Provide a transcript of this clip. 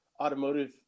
automotive